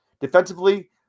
defensively